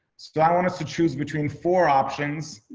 so i want us to choose between four options.